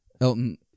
Elton